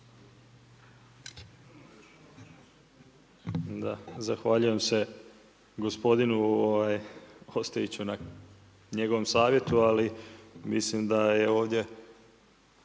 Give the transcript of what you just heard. Zahvaljujem se gospodinu Ostojiću na njegovom savjetu. Ali mislim da je ovaj